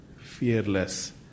fearless